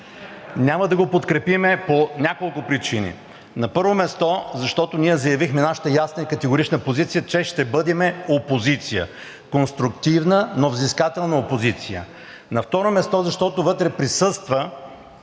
Няма да го подкрепим по няколко причини. На първо място, защото ние заявихме нашата ясна и категорична позиция, че ще бъдем опозиция – конструктивна, но взискателна опозиция. На второ място, защото вътре присъства